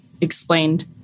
explained